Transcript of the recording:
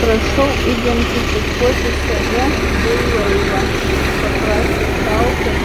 prašau identifikuoti save bei laivą paprašė šaltas